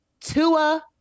Tua